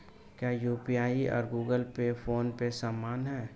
क्या यू.पी.आई और Google Pay PhonePe समान हैं?